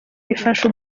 bifasha